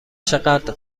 چقدر